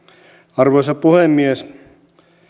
arvoisa puhemies